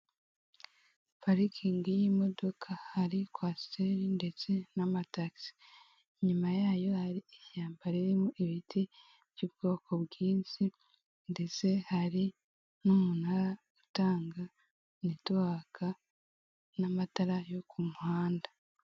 Parikingi y'imodoka hari kwasiteri ndetse n'amatagisi, inyuma yayo hari ishyamba ririmo ibiti by'ubwoko bwishi ndetse hari n'umunara utanga netuwaka n'amatara yo ku muhanda.